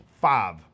Five